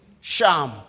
Sham